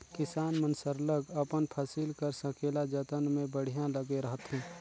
किसान मन सरलग अपन फसिल कर संकेला जतन में बड़िहा लगे रहथें